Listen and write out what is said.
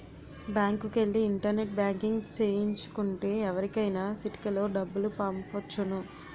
బ్యాంకుకెల్లి internet banking సేయించు కుంటే ఎవరికైనా సిటికలో డబ్బులు పంపొచ్చును